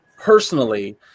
personally